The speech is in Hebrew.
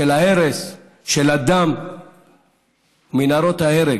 של ההרס, של הדם ומנהרות ההרג.